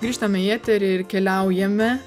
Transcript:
grįžtame į eterį ir keliaujame